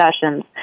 sessions